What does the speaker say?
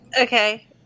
Okay